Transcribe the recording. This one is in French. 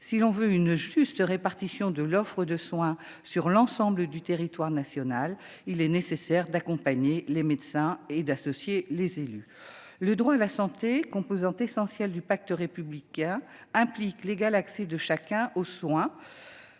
Si l'on veut une juste répartition de l'offre de soins sur l'ensemble du territoire national, il est nécessaire d'accompagner les médecins et d'associer les élus. Le droit à la santé, composante essentielle du pacte républicain, implique l'égal accès de chacun aux soins